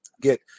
Get